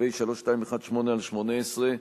פ/3218/18,